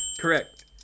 Correct